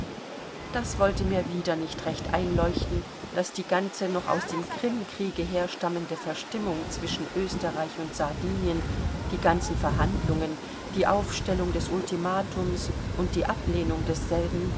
das wollte mir wieder nicht recht einleuchten daß die ganze noch aus dem krimkriege herstammende verstimmung zwischen österreich und sardinien die ganzen verhandlungen die aufstellung des ultimatums und die ablehnung desselben